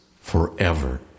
forever